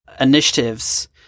initiatives